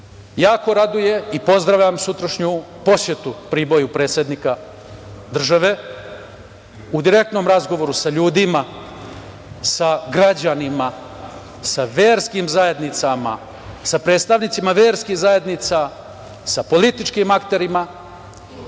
raduje i pozdravljam sutrašnju posetu Priboju predsednika države, u direktnom razgovoru sa ljudima, sa građanima, sa verskim zajednicama, sa predstavnicima verskih zajednica, sa političkim akterima